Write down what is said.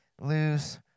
lose